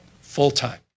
full-time